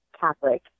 Catholic